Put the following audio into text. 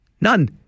None